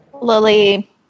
Lily